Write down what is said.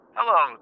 Hello